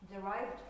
derived